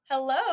Hello